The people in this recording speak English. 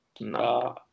No